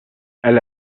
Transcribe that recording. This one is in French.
elle